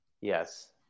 Yes